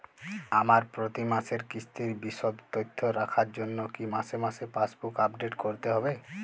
আমার প্রতি মাসের কিস্তির বিশদ তথ্য রাখার জন্য কি মাসে মাসে পাসবুক আপডেট করতে হবে?